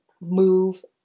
move